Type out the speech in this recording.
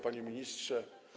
Panie Ministrze!